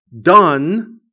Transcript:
done